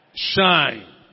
Shine